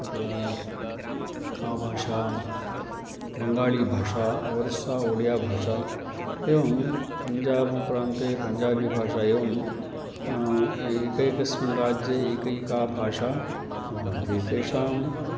तत्र का भाषा बङ्गाळीभाषा ओरिस्सा ओडिया भाषा एवं पञ्जाबु प्रान्ते पञ्जाबिभाषा एवं एकैकस्मिन् राज्ये एकैका भाषा भवन्ति तेषां